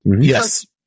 Yes